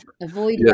Avoid